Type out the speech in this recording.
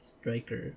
Striker